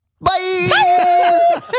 Bye